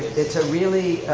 it's a really,